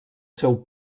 seu